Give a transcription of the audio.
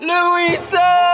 Louisa